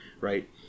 right